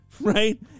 right